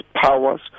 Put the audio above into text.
powers